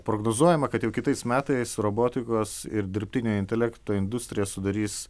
prognozuojama kad jau kitais metais robotikos ir dirbtinio intelekto industriją sudarys